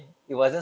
mm